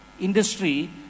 industry